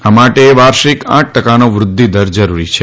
આ માટે વાર્ષિક આઠ ટકાનો વૃદ્વિદર જરૂરી છે